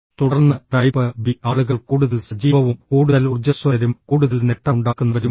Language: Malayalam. തുടർന്ന് ടൈപ്പ് ബി ആളുകൾ കൂടുതൽ സജീവവും കൂടുതൽ ഊർജ്ജസ്വലരും കൂടുതൽ നേട്ടമുണ്ടാക്കുന്നവരുമാണ്